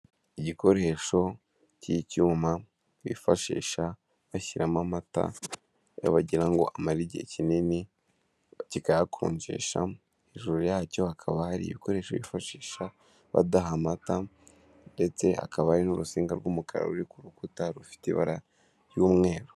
Igikoresho cy'icyuma bifashisha bashyiramo amata iyo bagirango amare igihe kinini kikayakonjesha, hejuru yacyo hakaba hari ibikoresho bifashisha badaha amata ndetse hakaba hari n'urusinga rw'umukara ruri ku rukuta rufite ibara ry'umweru.